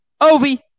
Ovi